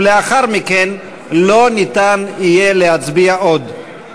ולאחר מכן לא ניתן יהיה להצביע עוד.